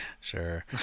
Sure